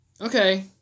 Okay